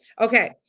Okay